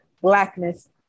blackness